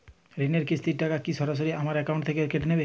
ঋণের কিস্তির টাকা কি সরাসরি আমার অ্যাকাউন্ট থেকে কেটে যাবে?